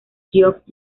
geoff